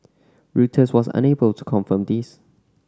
Reuters was unable to confirm this